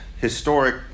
historic